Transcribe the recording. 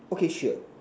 okay sure